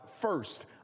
first